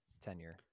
tenure